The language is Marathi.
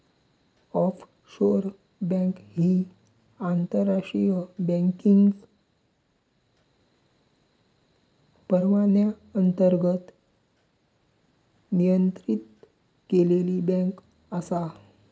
ऑफशोर बँक ही आंतरराष्ट्रीय बँकिंग परवान्याअंतर्गत नियंत्रित केलेली बँक आसा